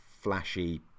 flashy